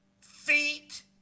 feet